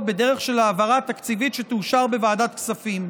בדרך של העברה תקציבית שתאושר בוועדת כספים.